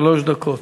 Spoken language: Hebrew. שלוש דקות.